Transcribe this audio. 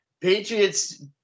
Patriots